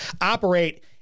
operate